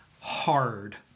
hard